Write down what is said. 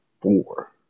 four